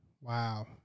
Wow